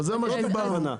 זה מה שדיברנו.